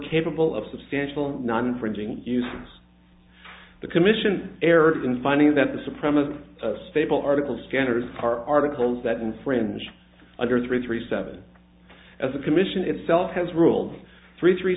capable of substantial not infringing use the commission erred in finding that the supremacy stable article scanners are articles that infringe under three three seven as a commission itself has ruled three three